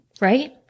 right